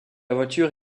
voiture